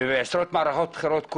ובעשרות מערכות בחירות,